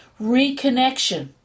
reconnection